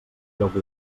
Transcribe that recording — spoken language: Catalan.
lloc